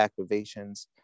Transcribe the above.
activations